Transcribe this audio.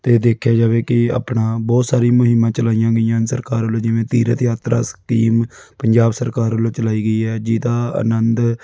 ਅਤੇ ਦੇਖਿਆ ਜਾਵੇ ਕਿ ਆਪਣਾ ਬਹੁਤ ਸਾਰੀ ਮੁਹਿੰਮਾਂ ਚਲਾਈਆਂ ਗਈਆਂ ਹਨ ਸਰਕਾਰ ਵੱਲੋਂ ਜਿਵੇਂ ਤੀਰਥ ਯਾਤਰਾ ਸਕੀਮ ਪੰਜਾਬ ਸਰਕਾਰ ਵੱਲੋਂ ਚਲਾਈ ਗਈ ਹੈ ਜਿਹਦਾ ਆਨੰਦ